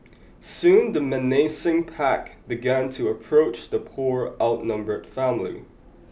soon the menacing pack began to approach the poor outnumbered family